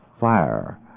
fire